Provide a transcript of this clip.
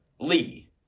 Lee